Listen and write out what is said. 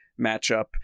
matchup